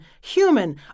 human